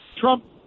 Trump